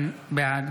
בעד